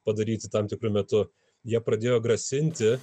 padaryti tam tikru metu jie pradėjo grasinti